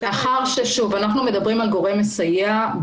אנחנו מדברים על גורם מסייע.